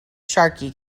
sharkey